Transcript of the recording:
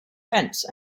fence